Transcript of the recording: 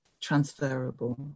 transferable